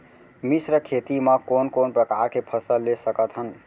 मिश्र खेती मा कोन कोन प्रकार के फसल ले सकत हन?